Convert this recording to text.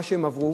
מה שהם עברו,